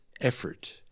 effort